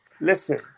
listen